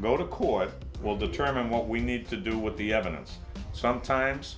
go to court will determine what we need to do with the evidence sometimes